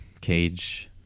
Cage